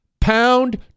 Pound